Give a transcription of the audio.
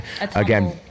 again